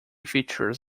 features